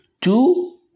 Two